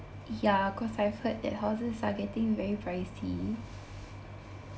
ya cause I've heard that houses are getting very pricey